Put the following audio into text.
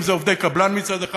אם אלה עובדי קבלן מצד אחד,